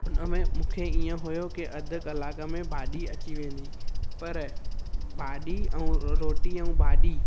उनमें मूंखे ईअं हुयो की अधि कलाक में भाॼी अची वेंदी पर भाॼी ऐं रोटी ऐं भाॼी